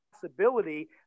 possibility